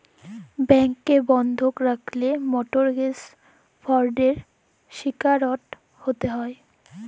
ব্যাংকেরলে বন্ধক রাখল্যে মরটগেজ ফরডের শিকারট হ্যতে হ্যয়